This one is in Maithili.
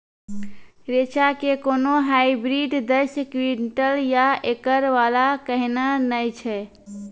रेचा के कोनो हाइब्रिड दस क्विंटल या एकरऽ वाला कहिने नैय छै?